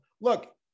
Look